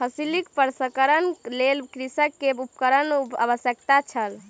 फसिल प्रसंस्करणक लेल कृषक के उपकरणक आवश्यकता छल